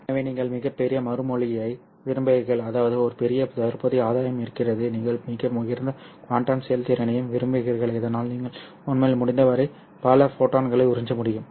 எனவே நீங்கள் மிகப் பெரிய மறுமொழியை விரும்புகிறீர்கள் அதாவது ஒரு பெரிய தற்போதைய ஆதாயம் இருக்கிறது நீங்கள் மிக உயர்ந்த குவாண்டம் செயல்திறனையும் விரும்புகிறீர்கள் இதனால் நீங்கள் உண்மையில் முடிந்தவரை பல ஃபோட்டானை உறிஞ்ச முடியும்